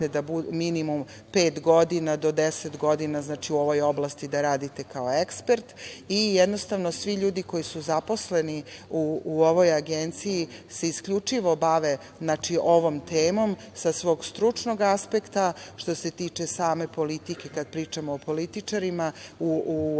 da morate minimum pet do deset godina u ovoj oblasti da radite kao ekspert i, jednostavno, svi ljudi koji su zaposleni u ovoj agenciji se isključivo bave ovom temom sa svog stručnog aspekta. Što se tiče same politike, kad pričamo o političarima, u Agenciji,